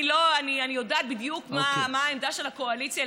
אני יודעת בדיוק מה העמדה של הקואליציה,